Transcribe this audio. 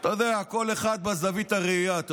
אתה יודע, כל אחד בזווית הראייה שלו.